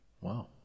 Wow